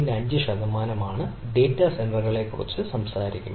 5 ശതമാനം ആണ് ഡാറ്റാ സെന്ററുകളെക്കുറിച്ച് സംസാരിക്കുമ്പോൾ